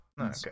Okay